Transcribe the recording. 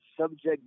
subject